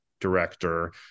director